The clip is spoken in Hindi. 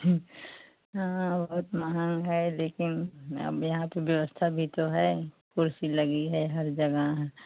हाँ बहुत महँगा है लेकिन यहाँ पर व्यवस्था भी तो है कुर्सी लगी है हर जगह